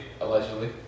Allegedly